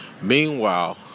Meanwhile